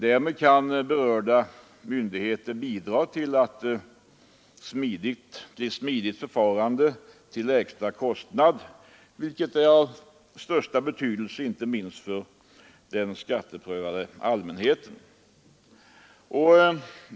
Därmed kan berörda myndigheter bidra till ett smidigt förfarande till lägsta kostnad, vilket är av största betydelse inte minst för den skatteprövade allmänheten.